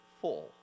full